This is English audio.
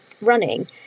running